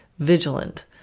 vigilant